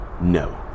no